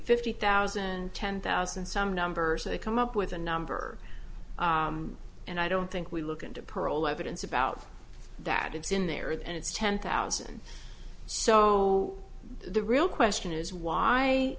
fifty thousand and ten thousand some numbers they come up with a number and i don't think we look into parole evidence about that it's in there and it's ten thousand so the real question is why